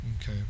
Okay